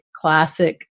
classic